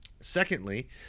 secondly